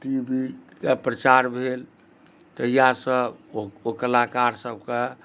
T V के प्रचार भेल तहियासँ ओ कलाकार सबके